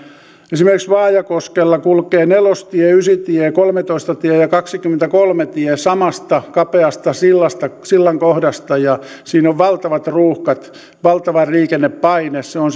esimerkiksi vaajakoskella kulkee nelostie ysitie kolmetoista tie ja kaksikymmentäkolme tie samasta kapeasta sillan sillan kohdasta ja siinä on valtavat ruuhkat valtava liikennepaine se on